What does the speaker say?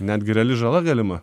netgi reali žala galima